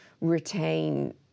retain